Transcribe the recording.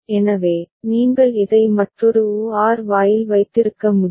எனவே நீங்கள் இதை மற்றொரு OR வாயில் வைத்திருக்க முடியும்